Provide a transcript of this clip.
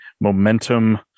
momentum